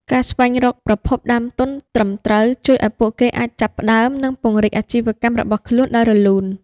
ការស្វែងរកប្រភពដើមទុនត្រឹមត្រូវជួយឱ្យពួកគេអាចចាប់ផ្តើម និងពង្រីកអាជីវកម្មរបស់ខ្លួនដោយរលូន។